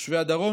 תושבי הדרום,